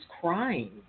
crying